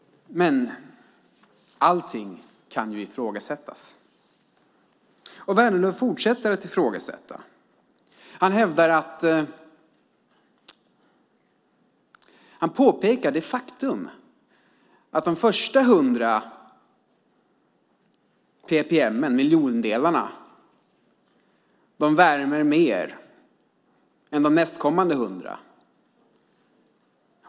Men allt kan ifrågasättas. Vänerlöv fortsätter sitt ifrågasättande. Han påpekar att de första hundra ppm:en, miljondelarna, värmer mer än de nästkommande hundra.